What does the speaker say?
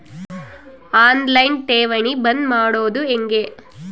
On line ಠೇವಣಿ ಬಂದ್ ಮಾಡೋದು ಹೆಂಗೆ?